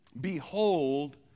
Behold